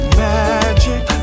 magic